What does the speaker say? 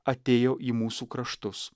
atėjo į mūsų kraštus